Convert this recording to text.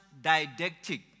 didactic